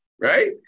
right